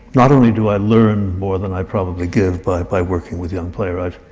not only do i learn more than i probably give, by by working with young playwrights,